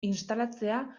instalatzea